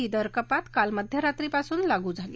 ही दर कपात काल मध्यरात्रीपासून लागू झाली